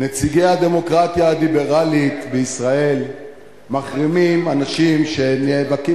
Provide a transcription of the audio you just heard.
נציגי הדמוקרטיה הליברלית בישראל מחרימים אנשים שנאבקים